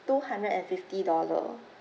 two hundred and fifty dollar